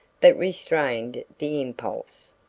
but restrained the impulse.